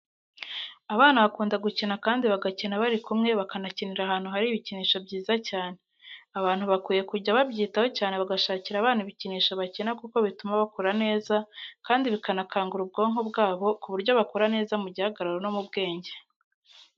Abana bakunda gukina kandi bagakina bari kumwe bakanakinira ahantu hari ibikinisho byiza cyane. Abantu bakwiye kujya babyitaho cyane bagashakira abana ibikinisho bakina kuko bituma bakura neza, kandi bikanakangura ubwonko bwabo ku buryo bakura neza mu gihagararo no mu bwenge.